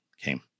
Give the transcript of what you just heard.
came